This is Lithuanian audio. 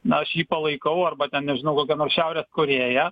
na aš jį palaikau arba ten nežinau kokia nors šiaurės korėja